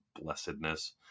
blessedness